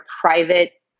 private